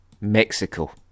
Mexico